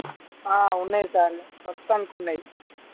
ఉన్నాయి సార్ ప్రస్తుతానికి ఉన్నాయి